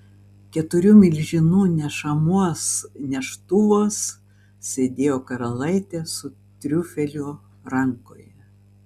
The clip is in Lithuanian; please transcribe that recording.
keturių milžinų nešamuos neštuvuos sėdėjo karalaitė su triufeliu rankoje